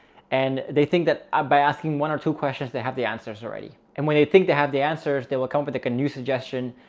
and they think that ah by asking one or two questions, they have the answers already. and when they think they have the answers, they will come with like a new suggestion,